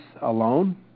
alone